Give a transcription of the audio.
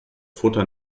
futter